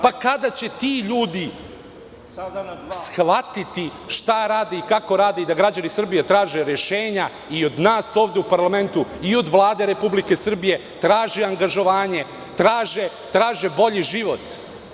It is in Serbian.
Pa, kada će ti ljudi shvatiti šta rede i kako rade i da građani Srbije traže rešenja i od nas ovde u parlamentu i od Vlade Republike Srbije traže angažovanje, traže bolji život.